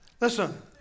Listen